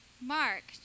Mark